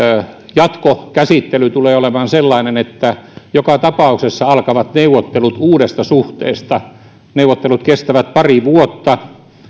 jatkokäsittely tulee olemaan sellainen että joka tapauksessa alkavat neuvottelut uudesta suhteesta neuvottelut kestävät pari vuotta